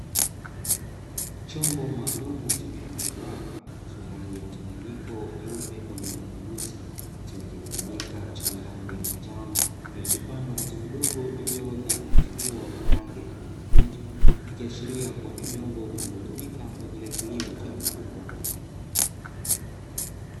Chombo maalumu chenye umbo mraba, chenye rangi mchanganyiko nyeupe na nyeusi, chenye kimiminika chenye rangi ya manjano. Kilichopandwa miche midogo iliyoota na kuchipua kwa rangi ya kijani kibichi. Ikiashiria kuwa ni vyombo vinavyotumika kwa ajili ya kilimo cha haidroponi.